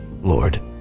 Lord